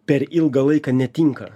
per ilgą laiką netinka